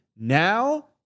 Now